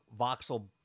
voxel